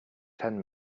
ten